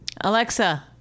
Alexa